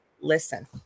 listen